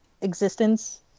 existence